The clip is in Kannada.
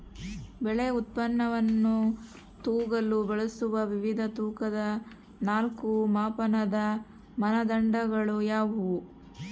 ಬೆಳೆ ಉತ್ಪನ್ನವನ್ನು ತೂಗಲು ಬಳಸುವ ವಿವಿಧ ತೂಕದ ನಾಲ್ಕು ಮಾಪನದ ಮಾನದಂಡಗಳು ಯಾವುವು?